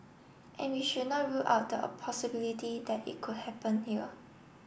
and we should not rule out the possibility that it could happen here